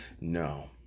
no